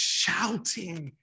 shouting